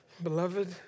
Beloved